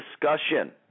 discussion